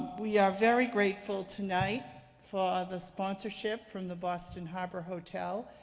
we are very grateful tonight for the sponsorship from the boston harbor hotel.